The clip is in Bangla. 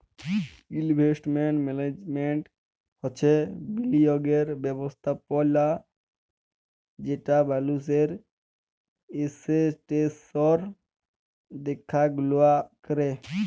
ইলভেস্টমেল্ট ম্যাল্যাজমেল্ট হছে বিলিয়গের ব্যবস্থাপলা যেট মালুসের এসেট্সের দ্যাখাশুলা ক্যরে